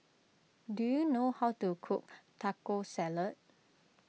do you know how to cook Taco Salad